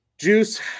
Juice